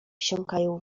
wsiąkają